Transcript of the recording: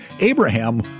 Abraham